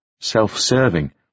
self-serving